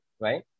right